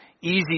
easy